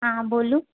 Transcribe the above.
अहाँ बोलू